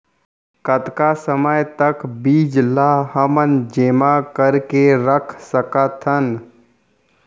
कतका समय तक बीज ला हमन जेमा करके रख सकथन?